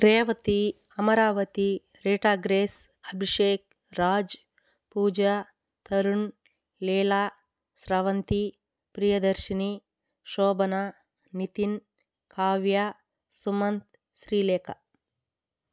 Revathi Amaravati Rita Grace Abhishek Raj Pooja Tarun Leela Sravanthi Priyadarshini Shobhana Nitin Kavya Sumanth Srilekha